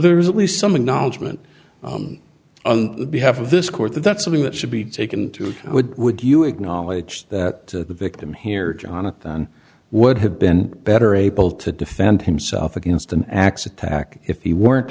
there is at least some acknowledgement on behalf of this court that that's something that should be taken to would would you acknowledge that the victim here jonathan would have been better able to defend himself against an axe attack if he weren't